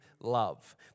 love